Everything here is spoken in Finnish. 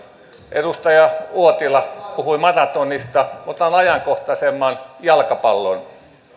edustaja uotila puhui maratonista otan ajankohtaisemman jalkapallon